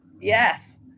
Yes